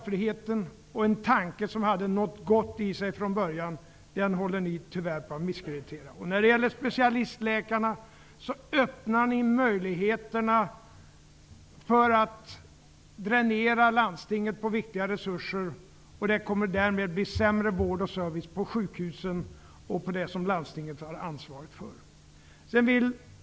Ni håller tyvärr på att misskreditera den tanke som från början hade något gott i sig. När det gäller specialistläkarna öppnar ni möjligheterna för att dränera landstinget på viktiga resurser, och vården och servicen på sjukhusen och på det som landstinget har ansvaret för kommer därmed att bli sämre.